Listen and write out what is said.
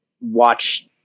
watch